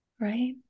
right